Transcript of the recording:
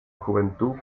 juventud